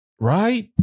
Right